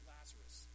Lazarus